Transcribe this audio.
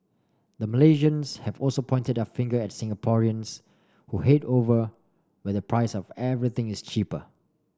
the Malaysians have also pointed their finger at Singaporeans who head over where the price of everything is cheaper